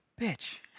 bitch